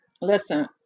Listen